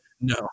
No